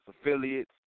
affiliates